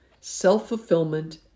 self-fulfillment